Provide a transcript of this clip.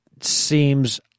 seems